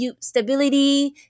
stability